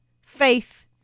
faith